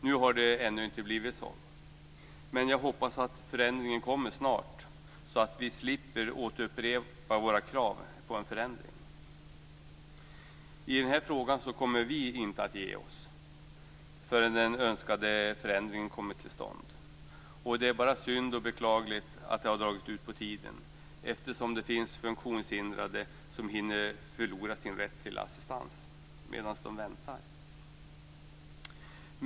Nu har det ännu inte blivit så. Men jag hoppas att förändringen kommer snart så att vi slipper återupprepa våra krav på en förändring. I den här frågan kommer vi inte att ge oss förrän den önskade förändringen kommer till stånd. Det är bara synd och beklagligt att det har dragit ut på tiden eftersom det finns funktionshindrade som hinner förlora sin rätt till assistans medan de väntar.